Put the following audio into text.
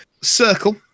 Circle